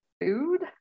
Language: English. food